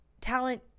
talent